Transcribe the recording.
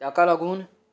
ताका लागून